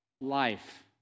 life